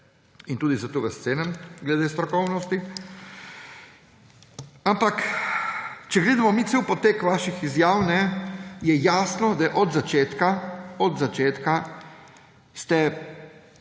in tudi zato vas cenim glede strokovnosti. Ampak če gledamo mi cel potek vaših izjav, je jasno, da od začetka ste